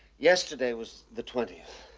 yesterday was the twentieth.